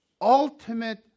ultimate